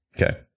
Okay